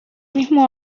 mismo